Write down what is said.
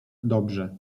dobrze